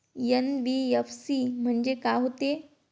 NBFC म्हणजे का होते?